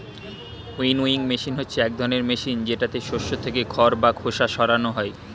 winnowing machine হচ্ছে এক ধরনের মেশিন যেটাতে শস্য থেকে খড় বা খোসা সরানো হয়